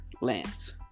Lance